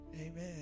Amen